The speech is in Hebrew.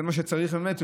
זה מה שצריך, באמת.